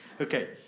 Okay